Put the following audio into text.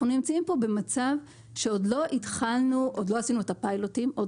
אנחנו נמצאים פה במצב שעוד לא עשינו את הפיילוטים; עוד